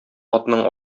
атның